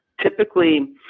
typically –